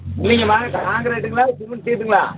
இல்லைங்கம்மா கான்கீரிட்டுங்களா சிமெண்ட் சீட்டுங்களா